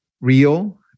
real